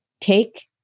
take